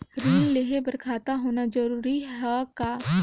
ऋण लेहे बर खाता होना जरूरी ह का?